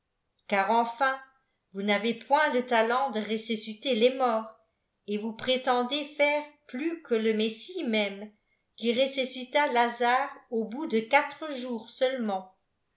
car enfin vous n'avez point le talent de ressusciter les morts et vous prétendez faire plus que le messie même qui ressuscita lazare au bout de quatre jours seulement